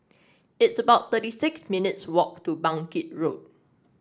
it's about thirty six minutes' walk to Bangkit Road